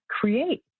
create